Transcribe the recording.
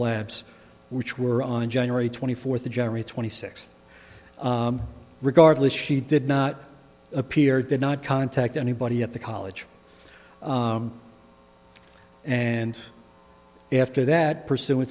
labs which were on january twenty fourth generate twenty six regardless she did not appear did not contact anybody at the college and after that pursu